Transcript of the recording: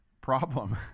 problem